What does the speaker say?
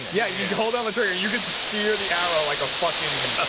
yeah yeah you hold down the trigger you get to steer the arrow like a fucking ah?